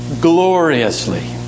Gloriously